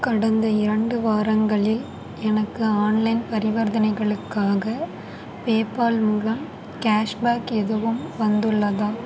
கடந்த இரண்டு வாரங்களில் எனக்கு ஆன்லைன் பரிவர்த்தனைகளுக்காக பேபால் மூலம் கேஷ்பேக் எதுவும் வந்துள்ளதா